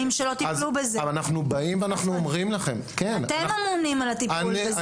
אז אנחנו באים ואנחנו אומרים לכם --- אתם אמונים על הטיפול בזה,